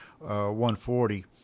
140